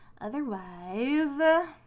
Otherwise